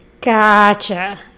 Gotcha